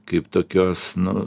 kaip tokios nu